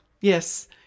Yes